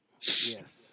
Yes